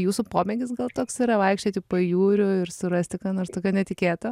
jūsų pomėgis gal toks yra vaikščioti pajūriu ir surasti ką nors tokio netikėto